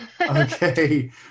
Okay